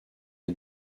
est